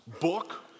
book